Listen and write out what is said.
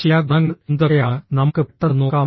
ചില ഗുണങ്ങൾ എന്തൊക്കെയാണ് നമുക്ക് പെട്ടെന്ന് നോക്കാം